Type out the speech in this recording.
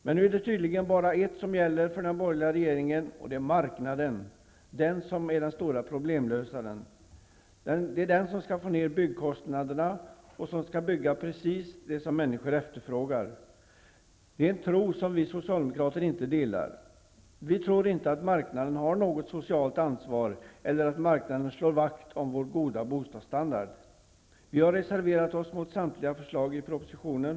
Men det är tydligen bara ett som gäller för den borgerliga regeringen, och det är marknaden som den stora problemlösaren. Det är den som skall få ned byggkostnaderna och som skall bygga precis det som människor efterfrågar. Det är en tro som vi socialdemokrater inte delar. Vi tror inte att marknaden har något socialt ansvar eller att marknaden slår vakt om vår goda bostadsstandard. Vi har reserverat oss mot samtliga förslag i propositionen.